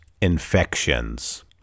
infections